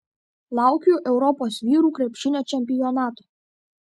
laukiu europos vyrų krepšinio čempionato